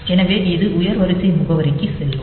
எனவே இது உயர் வரிசை முகவரிக்குச் செல்லும்